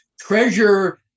treasure